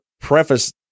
preface